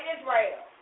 Israel